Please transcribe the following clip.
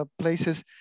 places